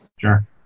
Sure